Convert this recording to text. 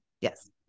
Yes